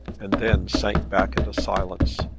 and then sank back into silence.